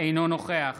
אינו נוכח